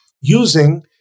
using